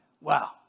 wow